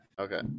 okay